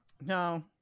No